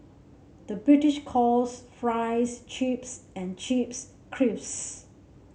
the British calls fries chips and chips